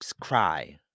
cry